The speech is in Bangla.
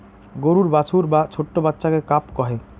গরুর বাছুর বা ছোট্ট বাচ্চাকে কাফ কহে